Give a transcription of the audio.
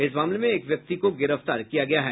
इस मामले में एक व्यक्ति को गिरफ्तार किया गया है